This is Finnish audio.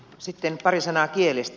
sitten pari sanaa kielistä